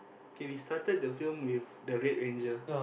okay we started the film with the red ranger